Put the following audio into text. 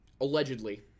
allegedly